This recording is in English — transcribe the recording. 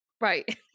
right